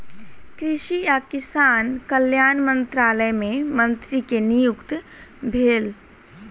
कृषि आ किसान कल्याण मंत्रालय मे मंत्री के नियुक्ति भेल